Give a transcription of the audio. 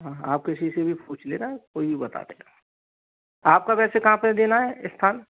हाँ हाँ आप किसी से भी पूछ लेना कोई भी बता देगा आपका वैसे कहाँ पर देना है स्थान